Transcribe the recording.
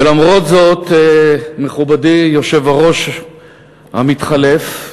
ולמרות זאת, מכובדי היושב-ראש המתחלף,